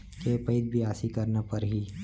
के पइत बियासी करना परहि?